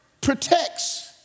protects